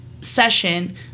session